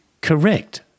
Correct